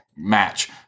match